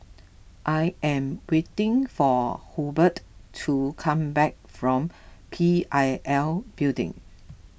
I am waiting for Hobert to come back from P I L Building